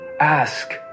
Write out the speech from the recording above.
Ask